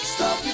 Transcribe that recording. Stop